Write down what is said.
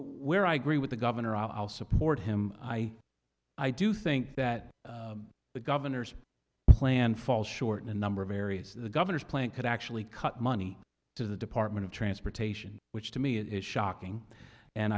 where i agree with the governor i'll support him i i do think that the governor's plan falls short in a number of areas the governor's plan could actually cut money to the department of transportation which to me it is shocking and